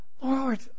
Lord